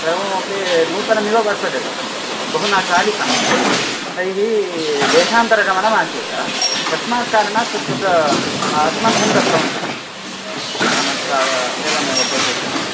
सर्वमपि नूतनमेव वर्तते तत् बहु न चालितं तैः तैः देशान्तरगमनमासीत् तस्मात् कारणात् तत् अस्मभ्यं दत्तवन्तः तेषामत्र आग एवमेव भवतीत्यतः